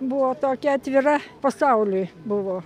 buvo tokia atvira pasauliui buvo